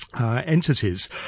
entities